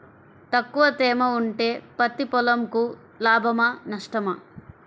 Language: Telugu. తక్కువ తేమ ఉంటే పత్తి పొలంకు లాభమా? నష్టమా?